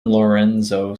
lorenzo